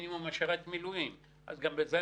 פה המדינה רק משפה ואפילו זה לא,